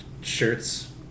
shirts